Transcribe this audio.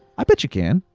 i bet you can.